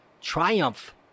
Triumph